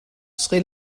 sri